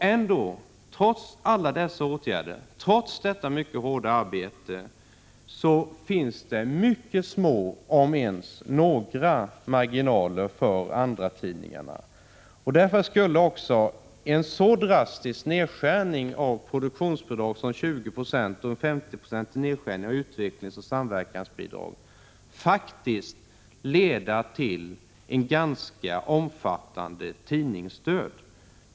Men trots alla dessa åtgärder, trots detta mycket hårda arbete, finns det mycket små om ens några marginaler för andratidningarna. Därför skulle också en så drastisk nedskärning av produktionsbidraget som 20 9o och en 50-procentig nedskärning av utvecklingsoch samverkansbidraget faktiskt leda till en ganska omfattande tidningsdöd.